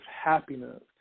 happiness